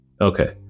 Okay